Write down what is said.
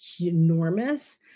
enormous